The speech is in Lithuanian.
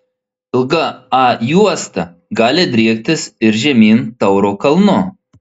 ilga a juosta gali driektis ir žemyn tauro kalnu